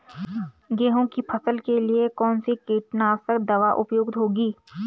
गेहूँ की फसल के लिए कौन सी कीटनाशक दवा उपयुक्त होगी?